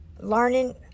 learning